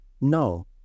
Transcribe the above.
No